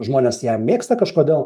žmonės ją mėgsta kažkodėl